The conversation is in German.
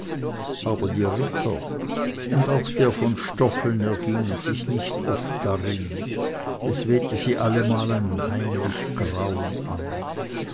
aber die ritter und auch der von stoffeln ergingen sich nicht oft darin es wehte sie allemal ein heimlich grauen an